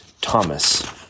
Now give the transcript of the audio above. Thomas